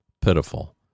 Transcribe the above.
pitiful